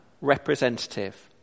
representative